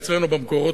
אצלנו במקורות,